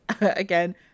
again